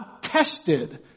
tested